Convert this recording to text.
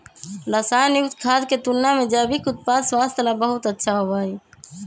रसायन युक्त खाद्य के तुलना में जैविक उत्पाद स्वास्थ्य ला बहुत अच्छा होबा हई